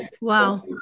wow